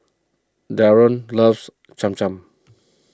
Darron loves Cham Cham